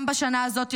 גם בשנה הזאת,